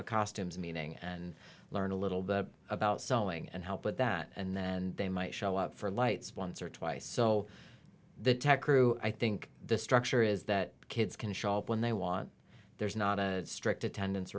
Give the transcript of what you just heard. a costumes meaning and learn a little bit about sewing and help with that and then they might show up for lights once or twice so the tech crew i think the structure is that kids can shop when they want there's not a strict attendance